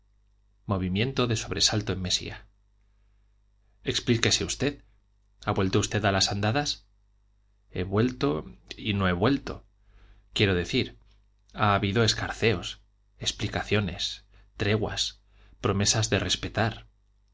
movimiento de sobresalto en mesía explíquese usted ha vuelto usted a las andadas he vuelto y no he vuelto quiero decir ha habido escarceos explicaciones treguas promesas de respetar